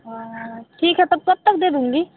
हाँ ठीक है तो कब तक दे दूँगी